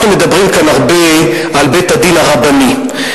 אנחנו מדברים כאן הרבה על בית-הדין הרבני,